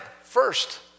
first